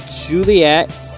Juliet